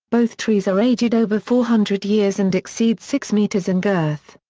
both trees are aged over four hundred years and exceed six metres in girth.